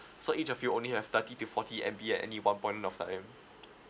so each of you only have thirty to forty M_B at any one point of time